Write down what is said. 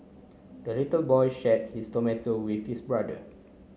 the little boy shared his tomato with his brother